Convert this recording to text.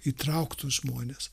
įtrauktų žmones